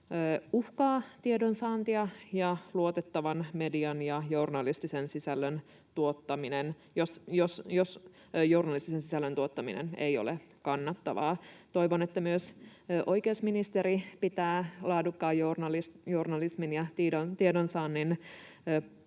uhkaa tiedonsaantia ja luotettavaa mediaa, jos journalistisen sisällön tuottaminen ei ole kannattavaa. Toivon, että myös oikeusministeri pitää laadukkaan journalismin ja tiedonsaannin